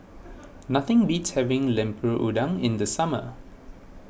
nothing beats having Lemper Udang in the summer